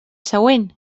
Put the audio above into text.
següent